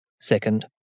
Second